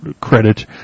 credit